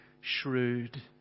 shrewd